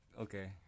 Okay